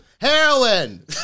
heroin